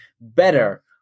better